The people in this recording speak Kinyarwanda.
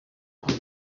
uncle